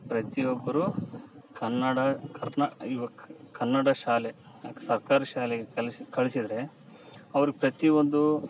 ಪ್ರತಿಯೊಬ್ಬರು ಕನ್ನಡ ಕರ್ನಾ ಇವ ಕನ್ನಡ ಶಾಲೆ ಸರ್ಕಾರಿ ಶಾಲೆಗೆ ಕಲಿಸಿ ಕಳಿಸಿದ್ರೆ ಅವ್ರು ಪ್ರತೀ ಒಂದು